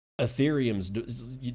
Ethereum's